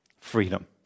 freedom